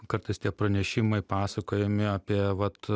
kartais tie pranešimai pasakojami apie vat